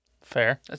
Fair